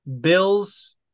Bills